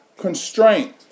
constraint